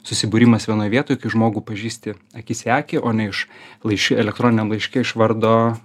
susibūrimas vienoj vietoj kai žmogų pažįsti akis į akį o ne iš laiš elektroniniam laiške iš vardo